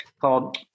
called